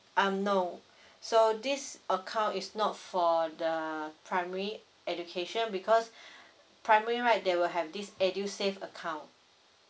um no so this account is not for the primary education because primary right they will have this edusave account